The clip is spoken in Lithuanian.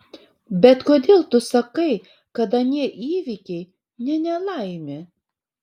bet kodėl tu sakai kad anie įvykiai ne nelaimė